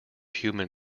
human